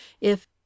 if—